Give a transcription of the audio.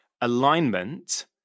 alignment